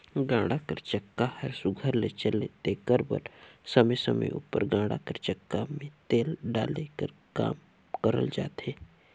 गाड़ा कर चक्का हर सुग्घर ले चले तेकर बर समे समे उपर गाड़ा कर चक्का मे तेल डाले कर काम करल जाथे